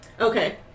Okay